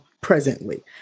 presently